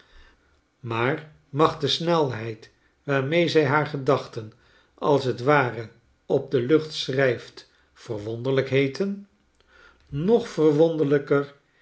maar mag de snelheid waarmee zij haar gedachten als t ware op de lucht schrijft verwonderlijk heeten nog verwonderlijker